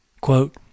quote